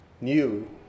new